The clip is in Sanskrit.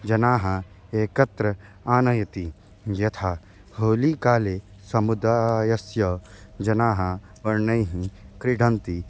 जनाः एकत्र आनयति यथा होलीकाले समुदायस्य जनाः वर्णैः क्रीडन्ति